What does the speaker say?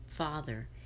Father